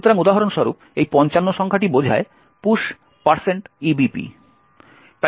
সুতরাং উদাহরণস্বরূপ এই 55 সংখ্যাটি বোঝায় push EBP